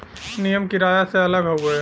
नियम किराया से अलग हउवे